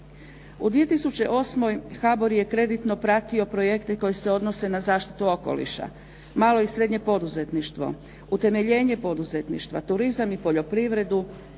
U 2008. HBOR je kreditno pratio projekte koji se odnose na zaštitu okoliša, malo i srednje poduzetništvo, utemeljenje poduzetništva, turizam i poljoprivredu,